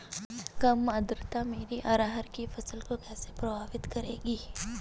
कम आर्द्रता मेरी अरहर की फसल को कैसे प्रभावित करेगी?